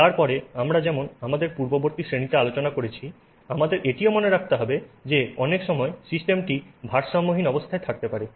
তারপরে আমরা যেমন আমাদের পূর্ববর্তী শ্রেণিতে আলোচনা করেছি আমাদের এটিও মনে রাখতে হবে যে অনেক সময় সিস্টেমটি ভারসাম্যহীন অবস্থায় থাকতে পারে